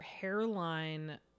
hairline